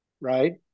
right